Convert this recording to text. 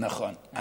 נכון.